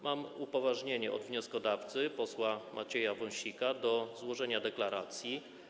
Mam upoważnienie od wnioskodawcy posła Macieja Wąsika do złożenia deklaracji.